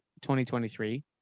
2023